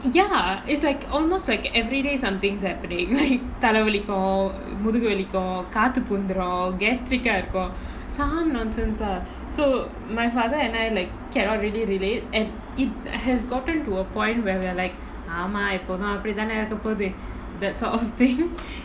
ya it's like almost like everyday something's happening like தலவலிக்கு முதுகு வலிக்கு காத்து பூந்துரு:thalavalikku muthugu valikku kaathu poonthuru gastric ah இருக்கு:irukku some nonsense lah so my father and I like cannot really relate and it has gotten to a point where we are like ஆமா எப்போது அப்புடி தான இருக்க போது:aamaa eppothu appudi thaanae irukka pothu that sort of thing